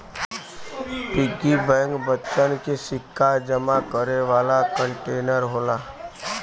piggy bank बच्चन के सिक्का जमा करे वाला कंटेनर होला